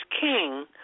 king